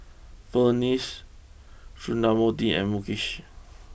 Verghese Sundramoorthy and Mukesh